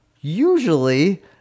usually